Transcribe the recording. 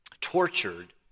tortured